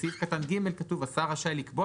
בסעיף קטן (ג) כתוב: השר רשאי לקבוע